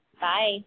Bye